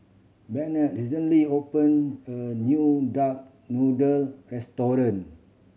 Bennett recently opened a new duck noodle restaurant